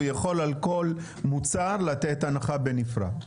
הוא יכול על כל מוצר לתת הנחה בנפרד.